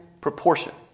proportion